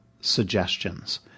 suggestions